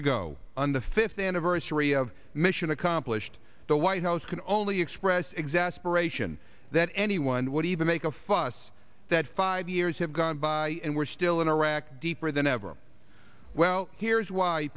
ago on the fifth anniversary of mission accomplished the white house can only express exasperate in that anyone would even make a fuss that five years have gone by and we're still in iraq deeper than ever well here's why